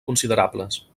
considerables